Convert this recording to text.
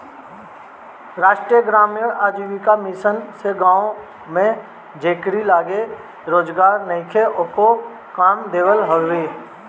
राष्ट्रीय ग्रामीण आजीविका मिशन से गांव में जेकरी लगे रोजगार नईखे ओके काम देहल हवे